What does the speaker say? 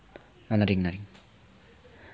!huh! nothing nothing